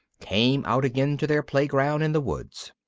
came out again to their playground in the woods.